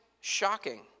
shocking